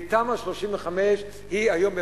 ותמ"א 35 היא היום,